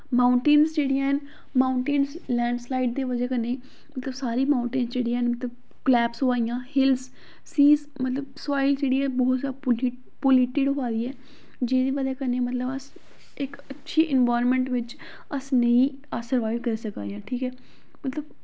mountains जेह्ड़ियां हैन mountains landslides दी बज़ह कन्नै मतलव सारी मांऊंटेन्स जेह्ड़ियां हैंन क्लैप्स होआ दियां हिल्स सीस मतलव सोआएल जेह्ड़ी ऐ बहुत पल्यूटिड होआ दी ऐ जेह्दी बज़ कन्नै मतलव अस इक अच्छी इंबाईरनमैंट अस नेंई अस सर्वाईव करी सका नें आं ठीक ऐ मतलव